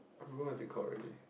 I forgot what is it call already